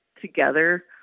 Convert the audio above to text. together